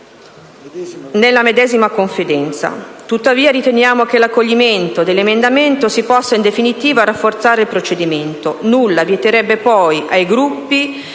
parlamentari. Tuttavia, riteniamo che l'accoglimento dell'emendamento possa in definitiva rafforzare il procedimento. Nulla vieterebbe poi ai Gruppi